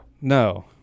No